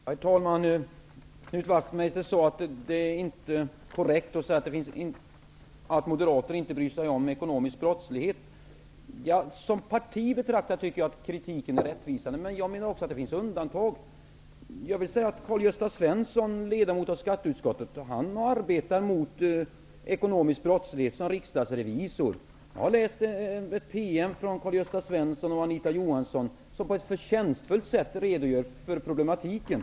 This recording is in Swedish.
Herr talman! Knut Wachtmeister sade att det inte är korrekt att säga att moderater inte bryr sig om ekonomisk brottslighet. När det gäller Moderaterna som parti betraktat tycker jag att kritiken är rättvis. Men det finns också undantag. Jag har läst en PM från Anita Johansson och Karl Gösta Svenson, där de på ett förtjänstfullt sätt redogör för problematiken.